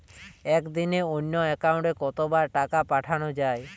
একদিনে অন্য একাউন্টে কত বার টাকা পাঠানো য়ায়?